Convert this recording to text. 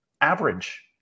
average